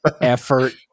effort